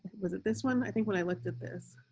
was it this one. i think when i looked at this.